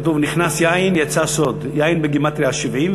כתוב: "נכנס יין יצא סוד" יין בגימטריה זה 70,